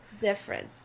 Different